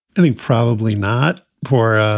i think probably not. poor,